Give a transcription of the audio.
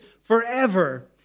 forever